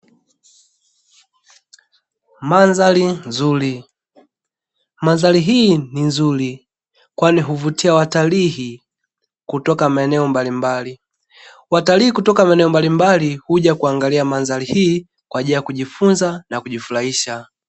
Mandhari nzuri, mandhari hii ni nzuri kwani huvutia watalii kutoka maeneo mbalimbali. Watalii kutoka maeneo mbalimbali huja kuangalia mandhari hii kwa ajili ya kujifunza na kujifurahisha.